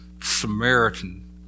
Samaritan